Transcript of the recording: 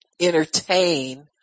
entertain